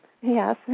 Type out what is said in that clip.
Yes